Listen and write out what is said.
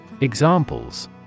Examples